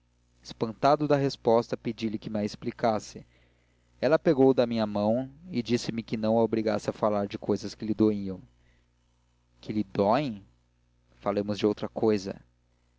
espantado da resposta pedi-lhe que ma explicasse ela pagou da minha mão e disse-me que não a obrigasse a falar de cousas que lhe doíam que lhe dóem falemos de outra cousa